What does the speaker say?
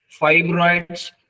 fibroids